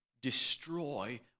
destroy